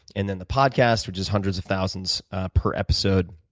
and then the podcast, which is hundreds of thousands per episode,